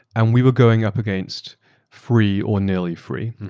and we were going up against free or nearly free.